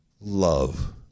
love